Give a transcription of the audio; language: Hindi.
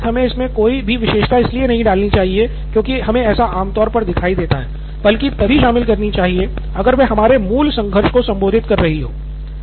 मेरे मुताबिक हमें इसमें कोई भी विशेषता इसलिए नहीं डालनी चाहिए क्योंकि हमे ऐसा आमतौर पर दिखाई देता है बल्कि तभी शामिल करनी चाहिए अगर वे हमारे मूल संघर्ष को संबोधित कर रही हो